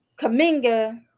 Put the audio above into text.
Kaminga